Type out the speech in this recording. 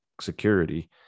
security